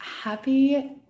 happy